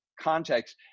context